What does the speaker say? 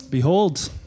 Behold